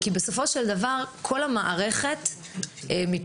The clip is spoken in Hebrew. כי בסופו של דבר כל המערכת מבחינתנו,